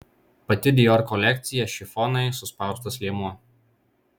pati dior kolekcija šifonai suspaustas liemuo